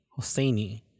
Hosseini